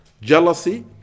jealousy